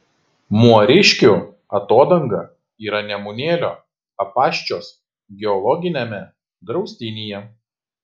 muoriškių atodanga yra nemunėlio apaščios geologiniame draustinyje